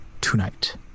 tonight